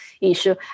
issue